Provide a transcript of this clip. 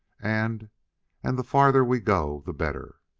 and and the farther we go the better!